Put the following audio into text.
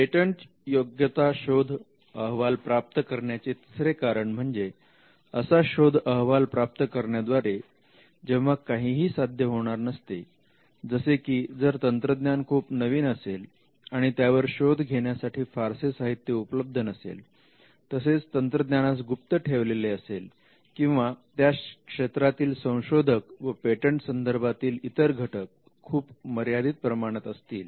patent योग्यताशोध अहवाल प्राप्त न करण्याचे तिसरे कारण म्हणजे असा शोध अहवाल प्राप्त करण्या द्वारे जेव्हा काहीही साध्य होणार नसते जसे की जर तंत्रज्ञान खूप नवीन असेल आणि त्यावर शोध घेण्यासाठी फारसे साहित्य उपलब्ध नसेल तसेच तंत्रज्ञानास गुप्त ठेवलेले असेल किंवा त्या क्षेत्रातील संशोधक व पेटंट संदर्भातील इतर घटक खूप मर्यादित प्रमाणात असतील